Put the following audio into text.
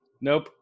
Nope